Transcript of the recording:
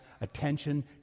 attention